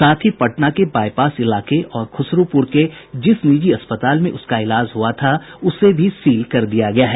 साथ ही पटना के बाईपास इलाके और खुसरूपुर के जिस निजी अस्तपाल में उसका इलाज हुआ था उसे भी सील कर दिया गया है